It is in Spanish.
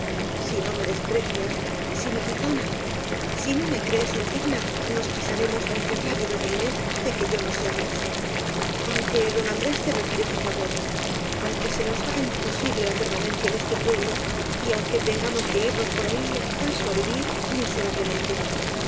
si no me desprecias si me perdonas si no me crees in digna nos casaremos aunque rabie doña inés de que yo no sea monja aunque don andrés te retire su favor aunque se nos haga imposible la perma nencia en este pueblo y aunque tengamos que ir nos por ahí acaso á vivir miserablemente